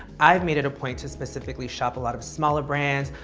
i've made it a point to specifically shop a lot of smaller brands,